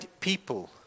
people